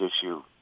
issue